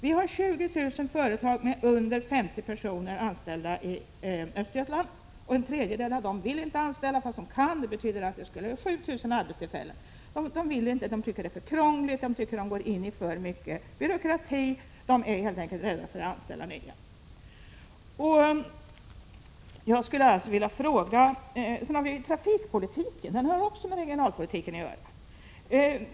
Vi har 20 000 företag med under 50 personer anställda i Östergötland. En tredjedel av de företagen vill inte anställa fast de kan. Det betyder att 7 000 arbetstillfällen skulle kunna tillkomma. Företagarna tycker att det är för krångligt. De tycker att de går in i för mycket byråkrati. De är helt enkelt rädda för att anställa nytt folk. Trafikpolitiken har också med regionalpolitiken att göra.